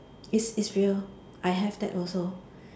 it's it's real I have that also